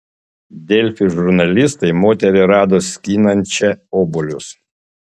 delfi žurnalistai moterį rado skinančią obuolius